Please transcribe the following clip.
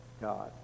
God